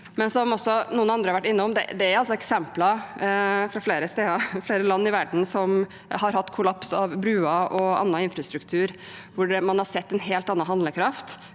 Som andre også har vært innom, er det eksempler fra flere steder, flere land i verden som har hatt kollaps av bruer og annen infrastruktur, hvor man har sett en helt annen handlekraft.